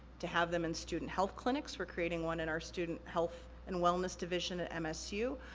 to have them in student health clinics, we're creating one in our student health and wellness division at msu.